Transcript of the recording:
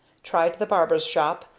tried the barber's shop,